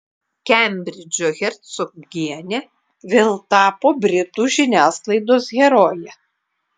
kembridžo hercogienė vėl tapo britų žiniasklaidos heroje